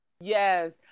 Yes